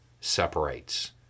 separates